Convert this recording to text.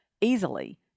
easily